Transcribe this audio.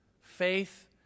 Faith